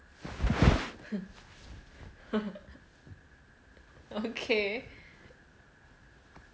okay